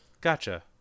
Gotcha